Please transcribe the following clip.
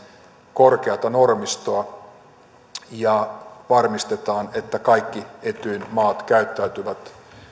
korkeata normistoa ja varmistetaan että kaikki etyjin maat käyttäytyvät